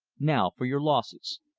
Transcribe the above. now for your losses.